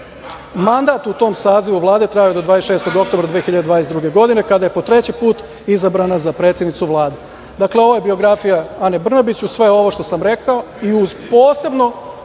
Mandat u tom sazivu Vlade traje do 26. oktobra 2022. godine, kada je po treći put izabrana za predsednicu Vlade. Dakle, ovo je biografija Ane Brnabić. Uz sve ovo što sam rekao i uz posebno,